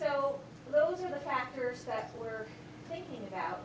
oh so those are the factors that we're thinking about